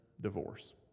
divorce